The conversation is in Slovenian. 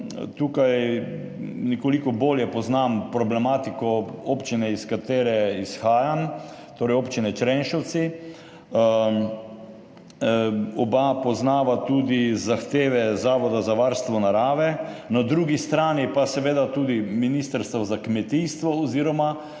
Tukaj nekoliko bolje poznam problematiko občine, iz katere izhajam, torej občine Črenšovci. Oba poznava tudi zahteve Zavoda za varstvo narave, na drugi strani pa seveda tudi ministrstva za kmetijstvo oziroma